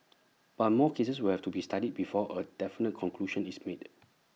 but more cases will have to be studied before A definite conclusion is made